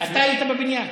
אתה היית בבניין.